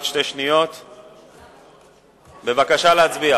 בבקשה להצביע.